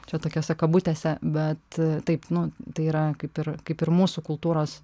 čia tokiose kabutėse bet taip nu tai yra kaip ir kaip ir mūsų kultūros